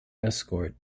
escort